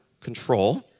control